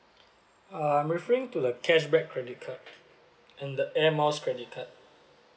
um I'm referring to the cashback credit card and the air miles credit card